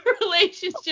relationship